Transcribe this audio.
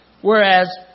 Whereas